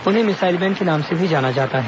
उन्हें missile man के नाम से भी जाना जाता है